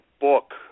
book